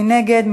מי נגד?